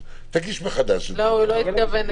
אז תגיש מחדש --- הוא לא התכוון